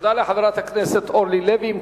תודה לחברת הכנסת אורלי לוי.